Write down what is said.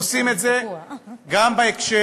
עושים את זה גם בהקשר,